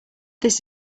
this